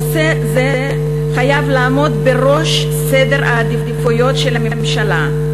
נושא זה חייב לעמוד בראש סדר העדיפויות של הממשלה,